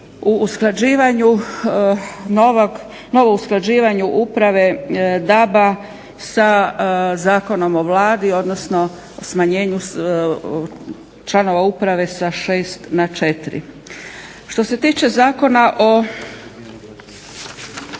usklađivanje Uprave DAB-a sa Zakonom o Vladi, odnosno smanjenju članova uprave sa 6 na 4. Što se tiče Zakona o